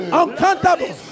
uncountable